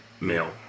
male